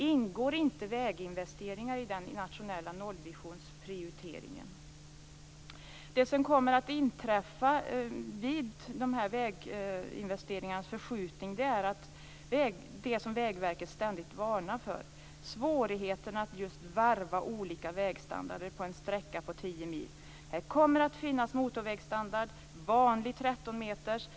Ingår inte väginvesteringar i den nationella nollvisionsprioriteringen? Det som kommer att inträffa vid en förskjutning av väginvesteringarna är det som Vägverket ständigt varnar för. Det handlar om svårigheten att varva olika vägstandarder på en sträcka på 10 mil. Det kommer att finnas motorvägsstandard och vanlig trettonmetersväg.